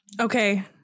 Okay